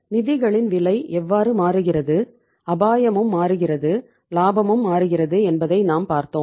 நிதிகளின் விலை எவ்வாறு மாறுகிறது அபாயமும் மாறுகிறது லாபமும் மாறுகிறது என்பதை நாம் பார்த்தோம்